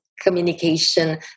communication